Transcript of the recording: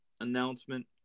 announcement